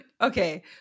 Okay